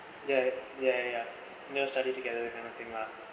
ya ya ya never study together kind of thing lah